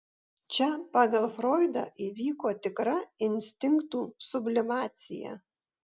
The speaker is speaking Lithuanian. čia pagal froidą įvyko tikra instinktų sublimacija